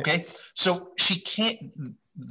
ok so she can't